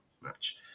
match